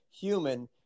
human